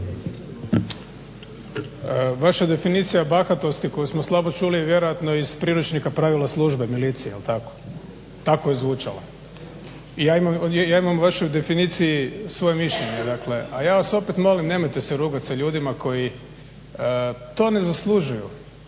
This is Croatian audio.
Vaša definicija bahatosti koju smo slabo čuli je vjerojatno iz priručnika pravila službe milicije jel' tako? Tako je zvučala. Ja imam o vašoj definiciji svoje mišljenje. A ja vas opet molim nemojte se rugati sa ljudima koji to ne zaslužuju,